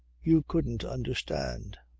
you couldn't understand.